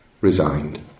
resigned